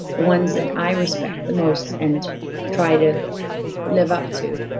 the ones that i respect the most, and try to live up to,